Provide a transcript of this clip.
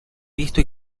visto